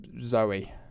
zoe